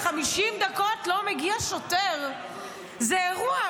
מתקשרת, ו-50 דקות לא מגיע שוטר, זה אירוע.